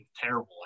terrible